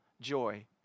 joy